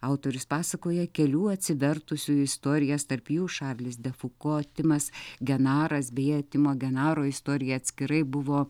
autorius pasakoja kelių atsivertusiųjų istorijas tarp jų šarlis de fuko timas genaras beje timo genaro istorija atskirai buvo